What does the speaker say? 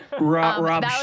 Rob